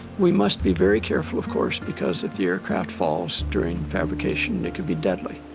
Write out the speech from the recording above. we must be very careful of course because if the aircraft falls during fabrication it could be deadly,